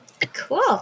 Cool